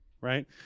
right